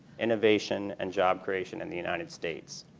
innovation and job creation in the united states.